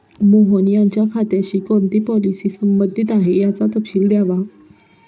मोहन यांच्या खात्याशी कोणती पॉलिसी संबंधित आहे, याचा तपशील द्यावा